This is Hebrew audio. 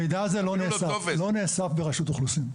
המידע הזה לא נאסף ברשות האוכלוסין.